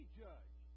judge